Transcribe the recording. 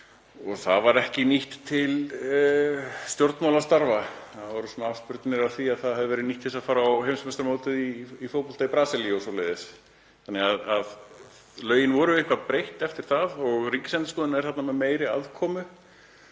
Það fé var ekki nýtt til stjórnmálastarfa. Við höfðum spurnir af því að það hefði verið nýtt til að fara á heimsmeistaramótið í fótbolta í Brasilíu og svoleiðis. Lögunum var eitthvað breytt eftir það; Ríkisendurskoðun er þarna með meiri aðkomu